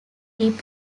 tip